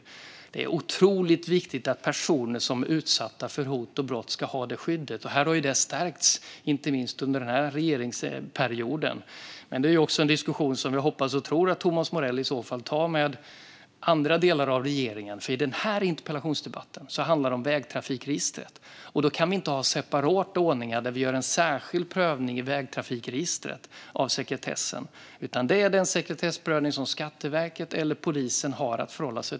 Det är otroligt viktigt att personer som är utsatta för hot och brott har detta skydd. Det har också stärkts, inte minst under den här regeringsperioden. Men det är även en diskussion som jag hoppas och tror att Thomas Morell också tar med andra delar av regeringen, för i den här interpellationsdebatten handlar det om vägtrafikregistret. Vi kan inte ha separata ordningar där vi gör en särskild prövning av sekretessen i vägtrafikregistret, utan det handlar om att förhålla sig till den sekretessprövning som Skatteverket eller polisen gör.